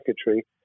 secretary